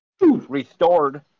Restored